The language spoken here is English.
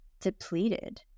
depleted